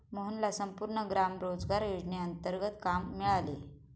मोहनला संपूर्ण ग्राम रोजगार योजनेंतर्गत काम मिळाले